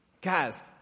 Guys